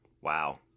Wow